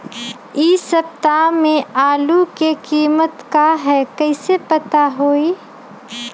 इ सप्ताह में आलू के कीमत का है कईसे पता होई?